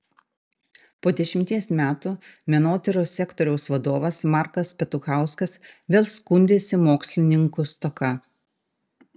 po dešimties metų menotyros sektoriaus vadovas markas petuchauskas vėl skundėsi mokslininkų stoka